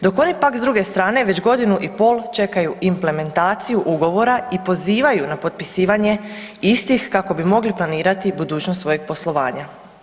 Dok oni pak s druge strane već godinu i pol čekaju implementaciju ugovora i pozivaju na potpisivanje istih kako bi mogli planirati budućnost svojeg poslovanja.